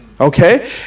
Okay